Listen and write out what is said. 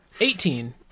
Eighteen